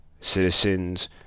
citizens